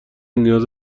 نیاز